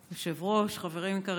היושב-ראש, חברים יקרים,